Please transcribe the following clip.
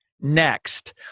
Next